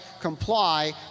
comply